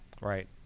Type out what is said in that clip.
Right